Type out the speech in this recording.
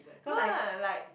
no lah like